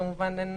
כמובן, אין